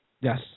Yes